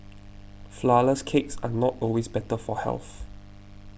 Flourless Cakes are not always better for health